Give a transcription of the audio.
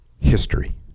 history